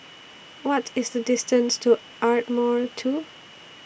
What IS The distance to Ardmore two